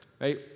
right